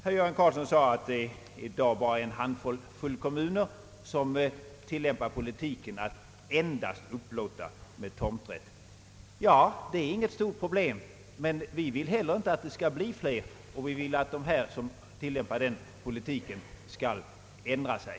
Herr Göran Karlsson framhöll att det i dag bara är en handfull kommuner som tillämpar politiken att endast upplåta mark med tomträtt. Ja, det är inte något stort problem, men vi vill dock att det inte skall bli flera kommuner och att de kommuner som tillämpar denna politik skall ändra sig.